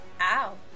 Ow